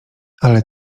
ale